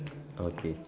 okay